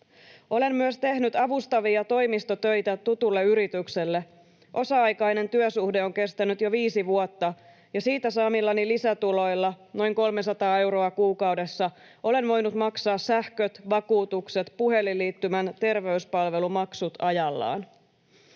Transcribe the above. Olen myös tehnyt avustavia toimistotöitä tutulle yritykselle, osa-aikainen työsuhde on kestänyt jo viisi vuotta, ja siitä saamillani lisätuloilla, noin 300 euroa kuukaudessa, olen voinut maksaa sähköt, vakuutukset, puhelinliittymän, terveyspalvelumaksut ajallaan.